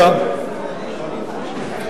מסתיימים עוד מעט ולכך התכוון השר,